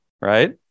right